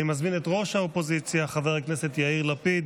אני מזמין את ראש האופוזיציה חבר הכנסת יאיר לפיד,